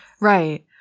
Right